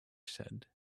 said